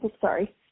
sorry